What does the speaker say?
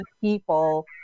people